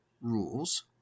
rules